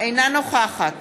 אינה נוכחת